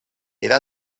era